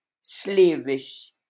slavish